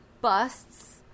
busts